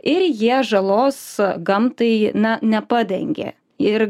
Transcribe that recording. ir jie žalos gamtai na nepadengė ir